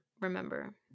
remember